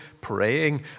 praying